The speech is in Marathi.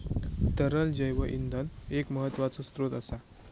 तरल जैव इंधन एक महत्त्वाचो स्त्रोत असा